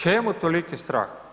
Čemu toliki strah?